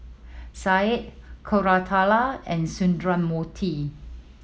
Satya Koratala and Sundramoorthy